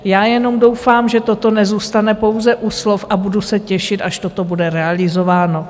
Já jenom doufám, že toto nezůstane pouze u slov, a budu se těšit, až toto bude realizováno.